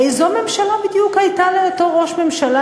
איזו ממשלה בדיוק הייתה לאותו ראש ממשלה